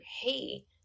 hey